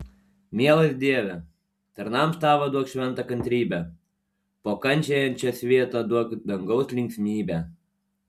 mielas dieve tarnams tavo duok šventą kantrybę po kančiai ant šio svieto duok dangaus linksmybę